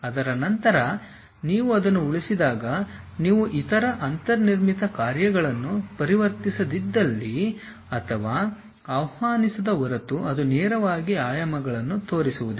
ಅದರ ನಂತರ ನೀವು ಅದನ್ನು ಉಳಿಸಿದಾಗ ನೀವು ಇತರ ಅಂತರ್ನಿರ್ಮಿತ ಕಾರ್ಯಗಳನ್ನು ಪರಿವರ್ತಿಸದಿದ್ದಲ್ಲಿ ಅಥವಾ ಆಹ್ವಾನಿಸದ ಹೊರತು ಅದು ನೇರವಾಗಿ ಆಯಾಮಗಳನ್ನು ತೋರಿಸುವುದಿಲ್ಲ